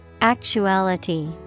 Actuality